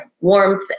warmth